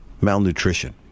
malnutrition